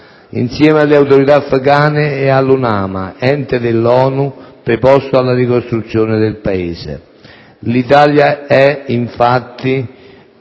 insieme alle autorità afgane e all'UNAMA (ente dell'ONU preposto alla ricostruzione del Paese). [**Presidenza